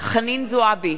חנין זועבי,